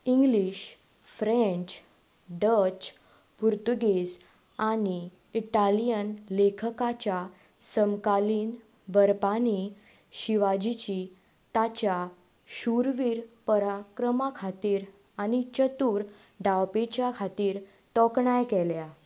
English French Dutch Portuguese आनी Italian लेखकाच्या समकालीन बरपांनी शिवाजीची ताच्या शुरवीर पराक्रमा खातीर आनी चतूर डावपेंचा खातीर तोखणाय केल्या